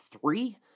three